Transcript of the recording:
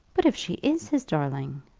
but if she is his darling?